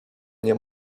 nie